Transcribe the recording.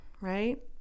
right